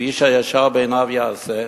ואיש הישר בעיניו יעשה.